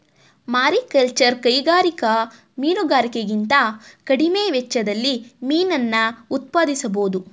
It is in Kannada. ಮಾರಿಕಲ್ಚರ್ ಕೈಗಾರಿಕಾ ಮೀನುಗಾರಿಕೆಗಿಂತ ಕಡಿಮೆ ವೆಚ್ಚದಲ್ಲಿ ಮೀನನ್ನ ಉತ್ಪಾದಿಸ್ಬೋಧು